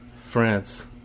France